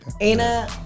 Aina